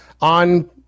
on